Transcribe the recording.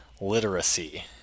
literacy